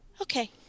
Okay